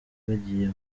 bagiye